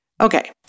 Okay